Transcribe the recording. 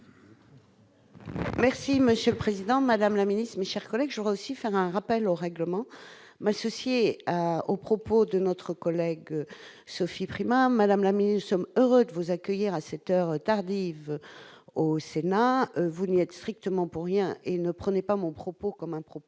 Merci Monsieur le Président, Madame la Ministre, mais, chers collègues, je vais aussi faire un rappel au règlement, ma société aux propos de notre collègue Sophie Primas Madame la mine sommes heureux de vous accueillir à cette heure tardive au Sénat voulu être strictement pour rien et ne prenait pas mon propos, comme un propos